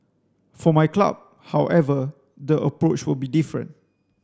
for my club however the approach will be different